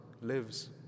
lives